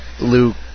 Luke